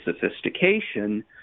sophistication